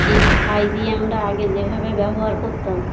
এই ছাই দিয়ে আমরা আগে যে ভাবে ব্যবহার করতাম